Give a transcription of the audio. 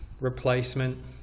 replacement